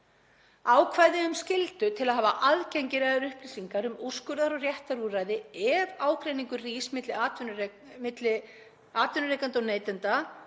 Ákvæði um skyldu til að hafa aðgengilegar upplýsingar um úrskurðar- og réttarúrræði ef ágreiningur rís milli atvinnurekenda og neytenda